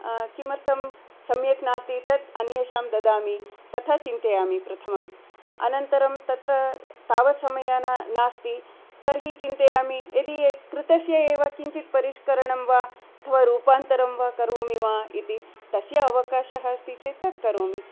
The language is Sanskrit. किमर्थं सम्यक् नास्ति तत् अन्येषां ददामि तथा चिन्तयामि प्रथमम् अनन्तरं तत्र तावत् समयः नास्ति तर्हि चिन्तयामि यदि कृतस्य एव किञ्चित् परिष्करणं वा अथवा रूपान्तरं वा करोमि वा इति तस्य अवकाशः अस्ति चेत् तत् करोमि